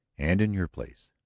and in your place.